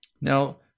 Now